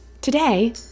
Today